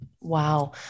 wow